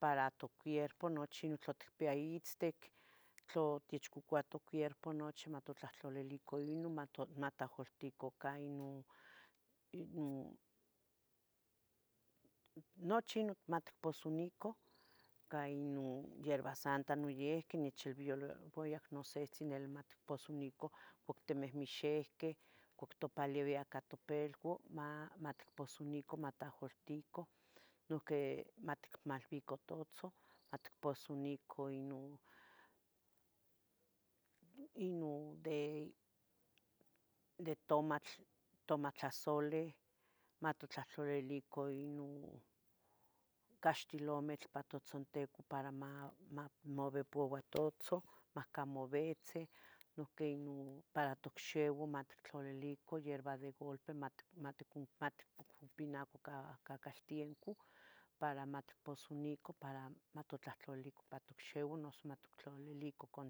para quierpo nochi non tla ticpia itztic, tla techcocoua toquierpo nochi matimotlahtlalilica ino mat matahcolticuca ino nochi matposonica ca ino hierba santa noiqui nechilbieca nosihtzi matposonica icuac timiihxihqueh, cuac topalebia ica topilua matposonica matahcoltica noiqui maticmalbica totzoh, matposonica ino nnde tomatl tomatlahsole, matotlahtlailica inu caxtilometl para totzontico para ma mabepouaba totzoh macamo bitzih, noiqui ino para tocxiua mattlalilica hierba de golpe mat mat cu matcupinacuca cacaltenco para matposunica para matotlahtlalilican ipa tocxiua nos matoctlalilican can